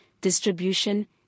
distribution